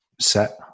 set